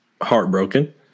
heartbroken